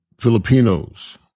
Filipinos